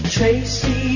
Tracy